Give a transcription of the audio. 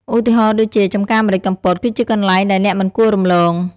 ឧទាហរណ៍ដូចជា ចំការម្រេចកំពត គឺជាកន្លែងដែលអ្នកមិនគួររំលង។